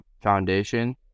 foundation